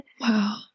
Wow